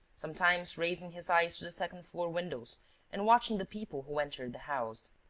sometimes raising his eyes to the second-floor windows and watching the people who entered the house.